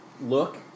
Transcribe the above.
look